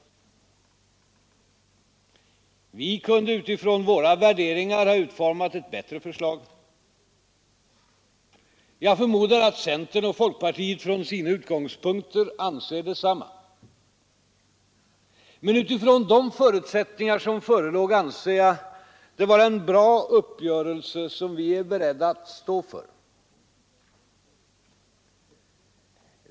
Vi kunde utifrån våra värderingar ha utformat ett bättre förslag. Jag förmodar att centern och folkpartiet från sina utgångspunkter anser detsamma. Men utifrån de förutsättningar som förelåg, anser vi det vara en bra uppgörelse, som vi är beredda att stå för.